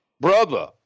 brother